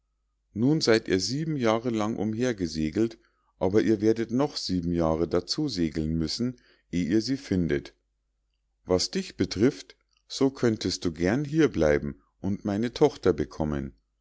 nun seid ihr sieben jahre lang umhergesegelt aber ihr werdet noch sieben jahre dazu segeln müssen eh ihr sie findet was dich betrifft so könntest du gern hier bleiben und meine tochter bekommen